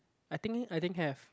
I think I think have